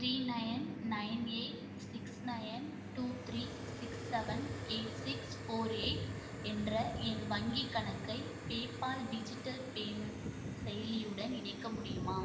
three nine nine eight six nine two three six seven eight six four eight என்ற என் வங்கிக் கணக்கை PayPal digital payment செயலியுடன் இணைக்க முடியுமா